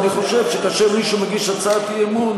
אני חושב שכאשר מישהו מגיש הצעת אי-אמון,